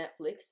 Netflix